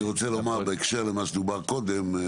אני רוצה לומר בהקשר למה שדובר קודם,